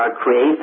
create